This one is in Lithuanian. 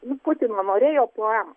nu putino norėjau poemą